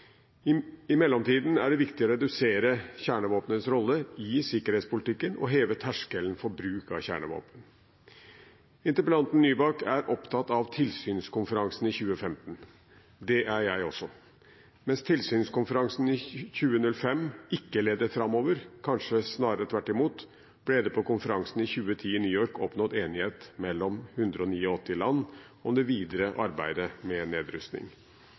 tid. I mellomtiden er det viktig å redusere kjernevåpenets rolle i sikkerhetspolitikken, og heve terskelen for bruk av kjernevåpen. Interpellanten Nybakk er opptatt av tilsynskonferansen i 2015. Det er jeg også. Mens tilsynskonferansen i 2005 ikke ledet framover, kanskje snarere tvert imot, ble det på konferansen i 2010 i New York oppnådd enighet mellom 189 land om det videre arbeidet med nedrustning.